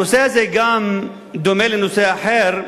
הנושא הזה גם דומה לנושא אחר,